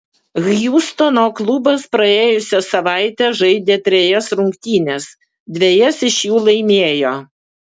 hjustono klubas praėjusią savaitę žaidė trejas rungtynes dvejas iš jų laimėjo